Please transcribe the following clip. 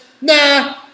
nah